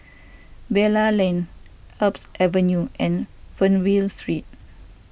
Bilal Lane Alps Avenue and Fernvale Street